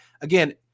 again